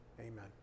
Amen